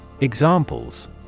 Examples